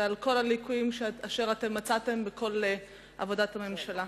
ועל כל הליקויים אשר אתם מצאתם בכל עבודת הממשלה.